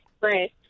right